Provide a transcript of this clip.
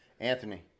Anthony